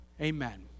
Amen